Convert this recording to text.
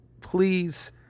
Please